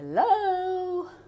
hello